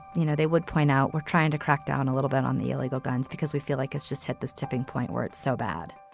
you know, they would point out we're trying to crack down a little bit on the illegal guns because we feel like it's just hit this tipping point where it's so bad